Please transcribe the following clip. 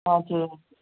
हजुर